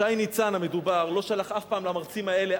שי ניצן המדובר לא שלח אף פעם למרצים האלה,